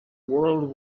world